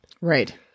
Right